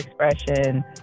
expression